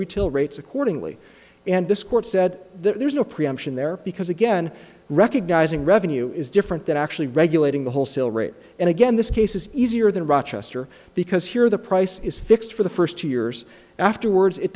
retail rates accordingly and this court said there's no preemption there because again recognizing revenue is different than actually regulating the wholesale rate and again this case is easier than rochester because here the price is fixed for the first two years afterwards it